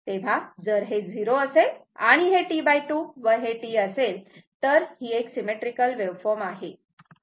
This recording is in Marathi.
तेव्हा जर हे 0 असेल आणि हे T2 व हे T असेल तर ही एक सिमेट्रीकल वेव्हफॉर्म आहे